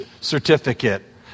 certificate